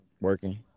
working